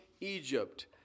Egypt